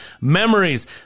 memories